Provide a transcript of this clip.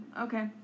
Okay